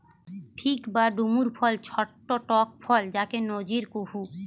fig বা ডুমুর ফল ছট্ট টক ফল যাকে নজির কুহু